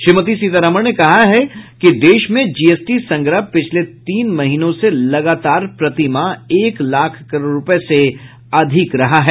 श्रीमती सीतारामन ने कहा कि देश में जीएसटी संग्रह पिछले तीन महीनों से लगातार प्रतिमाह एक लाख करोड़ रुपए से अधिक रहा है